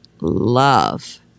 love